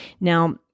Now